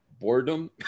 boredom